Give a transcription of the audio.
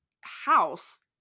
house